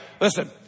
Listen